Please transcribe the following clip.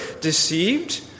deceived